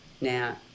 Now